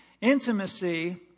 Intimacy